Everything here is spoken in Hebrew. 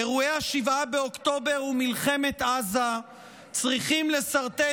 אירועי 7 באוקטובר ומלחמת עזה צריכים לסרטט